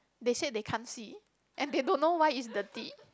they said they can't see and they don't know why is dirty